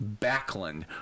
Backlund